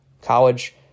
college